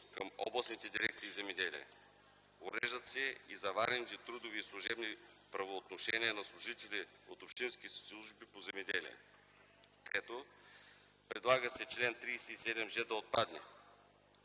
към областните дирекции „Земеделие”. Уреждат се и заварените трудови и служебни правоотношения на служителите от общинските служби по земеделие. 3. Предлага се чл. 37ж да отпадне.